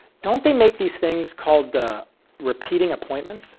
don't they make these things called repeating appointments